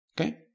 Okay